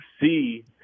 see